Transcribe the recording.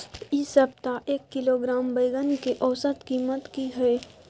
इ सप्ताह एक किलोग्राम बैंगन के औसत कीमत की हय?